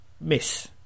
miss